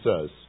says